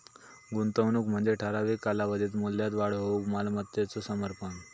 गुंतवणूक म्हणजे ठराविक कालावधीत मूल्यात वाढ होऊक मालमत्तेचो समर्पण